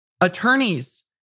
Attorneys